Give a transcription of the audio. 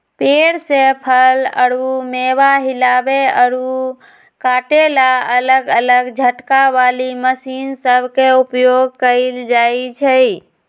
पेड़ से फल अउर मेवा हिलावे अउर काटे ला अलग अलग झटका वाली मशीन सब के उपयोग कईल जाई छई